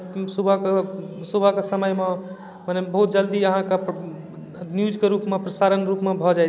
आ माले अछि बाधे चलि गेलहुँ कनी घासे आनि लेलहुँ कनी भूसे आनि लेलहुँ कनी कुट्टिए कटलहुँ कनी सानिए लगेलहुँ